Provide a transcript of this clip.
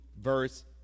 verse